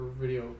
video